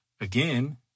again